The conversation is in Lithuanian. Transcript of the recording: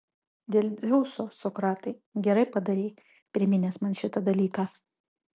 dėl dzeuso sokratai gerai padarei priminęs man šitą dalyką